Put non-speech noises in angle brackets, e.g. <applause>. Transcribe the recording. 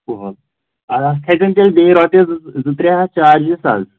<unintelligible> اد اَتھ کھَسن تیٚلہِ بیٚیہِ رۄپیَس زٕ زٕ زٕ ترٛےٚ ہَتھ چارجِز حظ